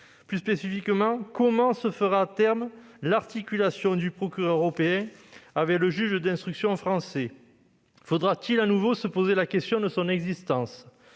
Plus particulièrement, comment se fera à terme l'articulation du procureur européen avec le juge d'instruction français ? Faudra-t-il de nouveau se poser la question de son existence ?